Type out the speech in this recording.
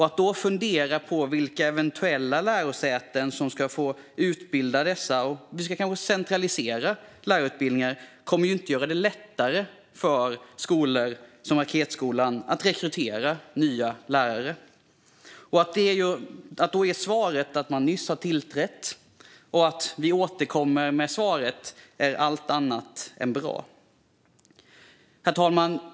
Att då fundera på vilka lärosäten som eventuellt ska få utbilda dessa och om vi kanske ska centralisera lärarutbildningen kommer inte att göra det lättare för skolor som Raketskolan att rekrytera nya lärare. Att ge svaret att man nyss har tillträtt och att man återkommer med svaret är allt annat än bra. Herr talman!